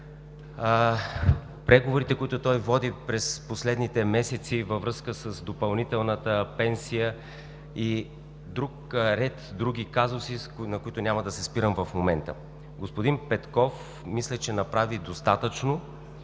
преговорите, които той води през последните месеци във връзка с допълнителната пенсия, и ред други казуси, на които няма да се спирам в момента. Мисля, че господин Петков направи достатъчно,